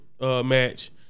Match